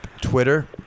twitter